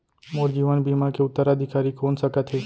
मोर जीवन बीमा के उत्तराधिकारी कोन सकत हे?